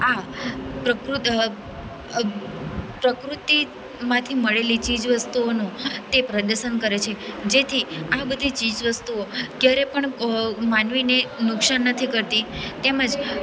આ પ્રકૃ પ્રકૃતિમાંથી મળેલી ચીજ વસ્તુઓનું તે પ્રદર્શન કરે છે જેથી આ બધી ચીજવસ્તુઓ ક્યારે પણ માનવીને નુકસાન નથી કરતી તેમજ